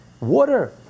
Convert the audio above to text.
Water